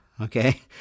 okay